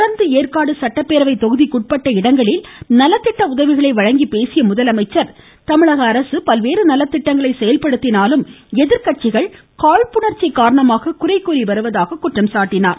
தொடர்ந்து ஏற்காடு சட்டப்பேரவைத் தொகுதிக்குட்பட்ட இடங்களில் நலத்திட்ட உதவிகளை வழங்கிப் பேசிய அவர் மாநில அரசு பல்வேறு நலத்திட்டங்களை செயல்படுத்தினாலும் எதிர்கட்சிகள் காழ்ப்புணர்ச்சி காரணமாக குறை கூறி வருவதாக குற்றம் சாட்டினார்